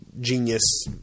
genius